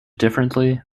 differently